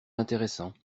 intéressants